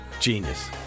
Genius